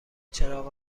چراغ